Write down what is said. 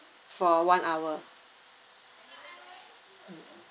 for one hour mm